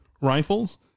rifles